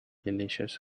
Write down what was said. delicious